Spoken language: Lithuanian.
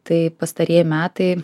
tai pastarieji metai